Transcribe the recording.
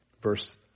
Verse